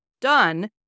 done